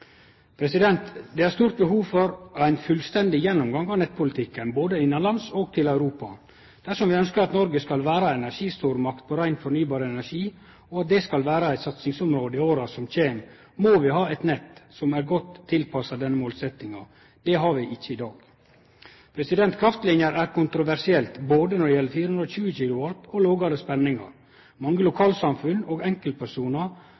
Det er stort behov for ein fullstendig gjennomgang av nettpolitikken, både innanlands og mot Europa. Dersom vi ønskjer at Noreg skal vere ei energistormakt på rein fornybar energi, og at dette skal vere eit satsingsområde i åra som kjem, må vi ha eit nett som er godt tilpassa denne målsettinga. Det har vi ikkje i dag. Kraftlinjer er kontroversielt både når det gjeld 420 kV og lågare spenningar. Mange lokalsamfunn og enkeltpersonar